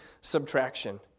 subtraction